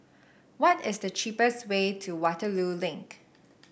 what is the cheapest way to Waterloo Link